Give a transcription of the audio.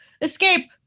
escape